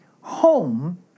home